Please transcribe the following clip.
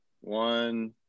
one